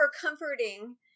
comforting